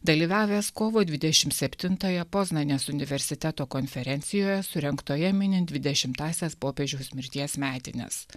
dalyvavęs kovo dvidešimt septintąją poznanės universiteto konferencijoje surengtoje minint dvidešimtąsias popiežiaus mirties metines